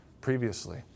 previously